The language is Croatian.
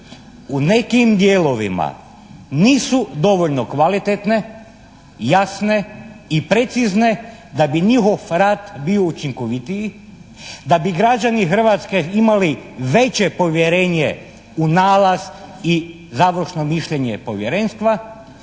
u nekim dijelovima nisu dovoljno kvalitetne, jasne i precizne da bi njihov rad bio učinkovitiji, da bi građani Hrvatske imali veće povjerenje u nalaz i završno mišljenje Povjerenstva